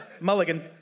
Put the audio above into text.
Mulligan